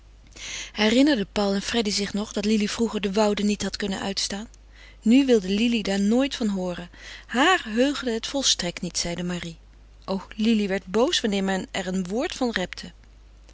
paul en freddy zich nog dat lili vroeger de woude niet had kunnen uitstaan nu wilde lili daar nooit van hooren haar heugde het volstrekt niet zeide marie o lili werd boos wanneer men er een woord van repte